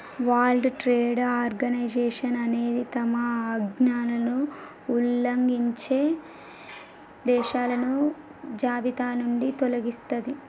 world trade organization అనేది తమ ఆజ్ఞలను ఉల్లంఘించే దేశాలను జాబితానుంచి తొలగిస్తది